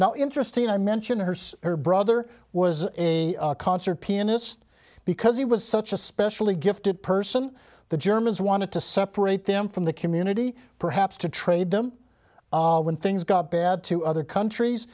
now interesting i mention her her brother was a concert pianist because he was such a specially gifted person the germans wanted to separate them from the community perhaps to trade them when things got bad to other countries